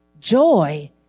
Joy